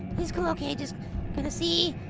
it's cool, okay. just gonna see,